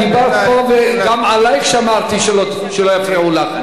את דיברת פה וגם עלייך שמרתי, שלא יפריעו לך.